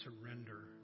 surrender